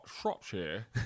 Shropshire